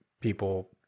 people